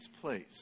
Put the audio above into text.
place